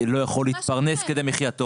לא יכול להתפרנס כדי מחייתו,